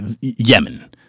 Yemen